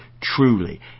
Truly